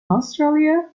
australia